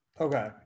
Okay